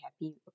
happy